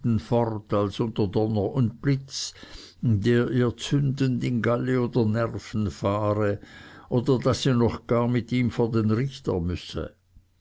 unter donner und blitz der ihr zündend in galle oder nerven fahre oder daß sie gar noch mit ihm vor den richter müsse